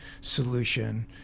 solution